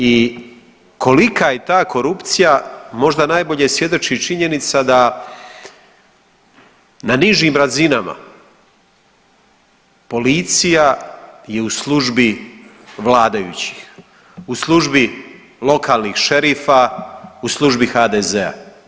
I kolika je ta korupcija, možda najbolje svjedoči činjenica da na nižim razinama policija je u službi vladajućih u službi lokalnih šerifa u službi HDZ-a.